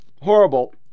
Horrible